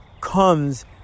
comes